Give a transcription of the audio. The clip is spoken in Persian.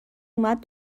اومد